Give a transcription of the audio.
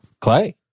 Clay